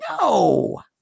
No